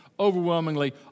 overwhelmingly